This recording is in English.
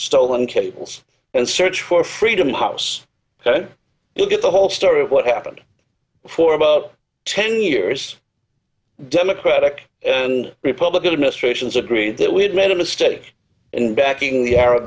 stolen cables and search for freedom house look at the whole story of what happened for about ten years democratic and republican administrations agree that we had made a mistake in backing the arab